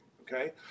okay